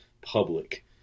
public